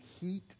heat